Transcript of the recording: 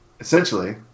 essentially